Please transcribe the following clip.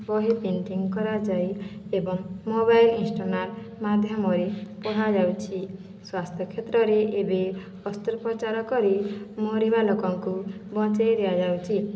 ବହି ପ୍ରିଣ୍ଟିଂ କରାଯାଇ ଏବଂ ମୋବାଇଲ୍ ଇନ୍ସଟନାଲ ମାଧ୍ୟମରେ ପଢ଼ା ଯାଉଛି ସ୍ୱାସ୍ଥ୍ୟ କ୍ଷେତ୍ରରେ ଏବେ ଅସ୍ତ୍ରୋପଚାର କରି ମରିବା ଲୋକଙ୍କୁ ବଞ୍ଚାଇ ଦିଆଯାଉଛି